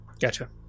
Gotcha